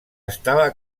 estava